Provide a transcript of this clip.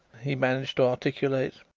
he managed to articulate,